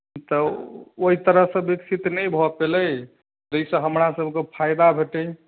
तऽ ओहि तरहसँ विकसित नहि भऽ पयलै जाहिसँ हमरासभकेँ फायदा भेटै